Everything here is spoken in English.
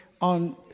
on